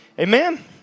Amen